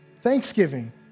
Thanksgiving